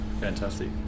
fantastic